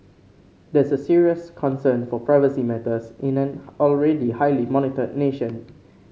that's a serious concern for privacy matters in an already highly monitored nation